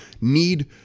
need